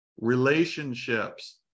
Relationships